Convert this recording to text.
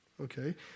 Okay